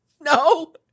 No